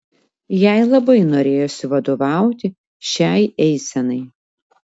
jai labai norėjosi vadovauti šiai eisenai